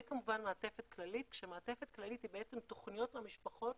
וכמובן מעטפת כללית כשמעטפת כללית היא בתוכניות למשפחות,